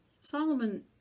solomon